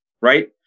Right